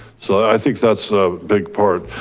so i think that's a big part.